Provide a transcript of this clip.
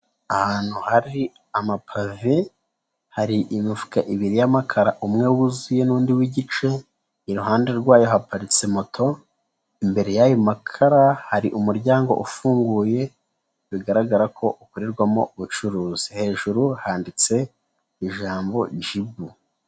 Ahantu hari amapave, hari imifuka ibiri y'amakara umwe wuzuye n'undi w'igice, iruhande rwayo haparitse moto, imbere y'ayo makara hari umuryango ufunguye, bigaragara ko ukorerwamo ubucuruzi, hejuru handitse ijambo jibu.